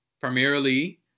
primarily